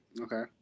Okay